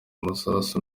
amasasu